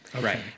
Right